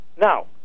Now